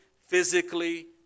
physically